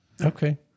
Okay